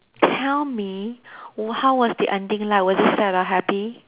tell me wh~ how was the ending like was it sad or happy